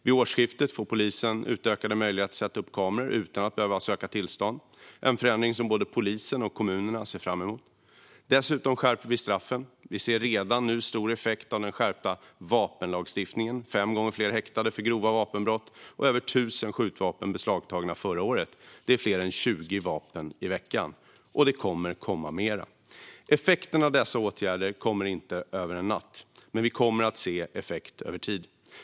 Vid årsskiftet får polisen utökade möjligheter att sätta upp kameror utan att behöva söka tillstånd, en förändring som både polisen och kommunerna ser fram emot. Dessutom skärper vi straffen. Vi ser redan nu stor effekt av den skärpta vapenlagstiftningen - det är fem gånger fler häktade för grova vapenbrott, och över 1 000 skjutvapen beslagtogs förra året. Det är fler än 20 vapen i veckan, och det kommer att komma mer. Effekten av dessa åtgärder kommer inte över en natt, men vi kommer att se effekt över tid.